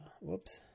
whoops